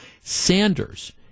Sanders